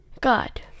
God